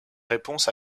réponse